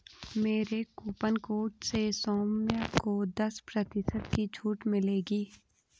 मेरे coupon code से सौम्य को दस प्रतिशत की छूट मिलेगी